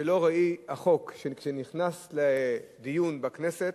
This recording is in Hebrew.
שלא ראי החוק שנכנס לדיון בכנסת,